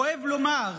כואב לומר,